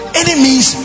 enemies